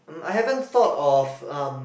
I haven't thought of um